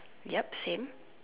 yup same